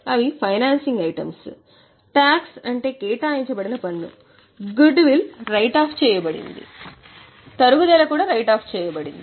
అవి financing items tax అంటే కేటాయించబడిన పన్ను గుడ్ విల్ రైట్ ఆఫ్ చేయబడింది తరుగుదల కూడా రైట్ ఆఫ్ చేయబడింది